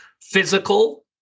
physical